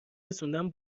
رسوندن